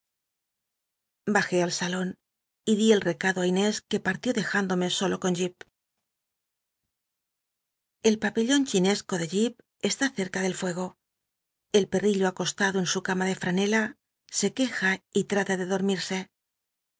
dajé al salon y di el recado inés ue pmtió dej indome solo con jip el pabcllon chinesco de ll está cerca del fuego el pel'l'illo acostado en su cama de fanela se queja y tmla de dormirse